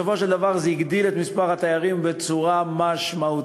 בסופו של דבר זה הגדיל את מספר התיירים בצורה משמעותית,